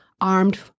armed